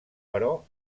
però